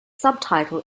subtitle